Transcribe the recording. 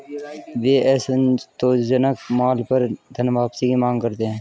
वे असंतोषजनक माल पर धनवापसी की मांग करते हैं